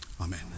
Amen